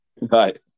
right